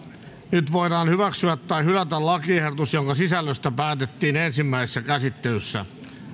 nyt voidaan hyväksyä tai hylätä lakiehdotus jonka sisällöstä päätettiin ensimmäisessä käsittelyssä